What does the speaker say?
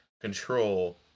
control